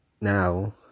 now